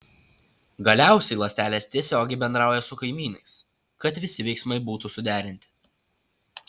galiausiai ląstelės tiesiogiai bendrauja su kaimynais kad visi veiksmai būtų suderinti